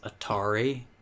Atari